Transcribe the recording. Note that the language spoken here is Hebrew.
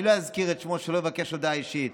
אני לא אזכיר את שמו שלא יבקש הודעה אישית,